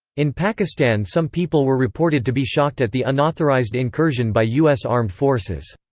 in pakistan some people were reported to be shocked at the unauthorized incursion by us armed forces.